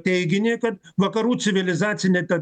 teiginį kad vakarų civilizacinė ta